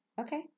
Okay